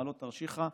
מעלות-תרשיחא,